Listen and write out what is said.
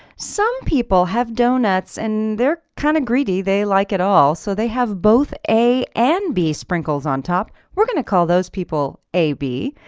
some people have donuts and they're kind of greedy, they like it all, so they have both a and b sprinkles on top, we're going to call those people ab.